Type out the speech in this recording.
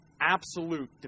absolute